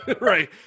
right